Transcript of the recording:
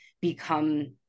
become